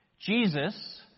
Jesus